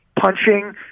punching